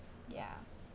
yeah